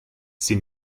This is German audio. sie